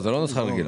זה לא הנוסחה הרגילה.